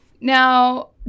Now